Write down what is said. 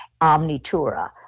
Omnitura